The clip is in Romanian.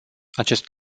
acest